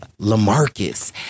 LaMarcus